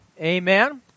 Amen